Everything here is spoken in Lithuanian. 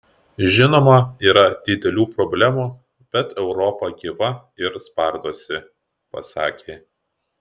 žinoma yra didelių problemų bet europa gyva ir spardosi pasakė